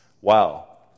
Wow